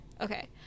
Okay